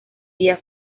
día